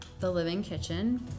thelivingkitchen